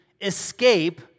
escape